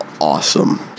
Awesome